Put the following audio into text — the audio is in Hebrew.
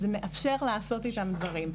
זה מאפשר לעשות אתם דברים.